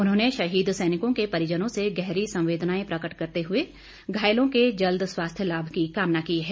उन्होंने शहीद सैनिकों के परिजनों से गहरी संवेदनाए प्रकट करते हुए घायलों के जल्द स्वास्थ्य लाभ की कामना की है